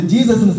Jesus